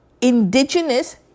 indigenous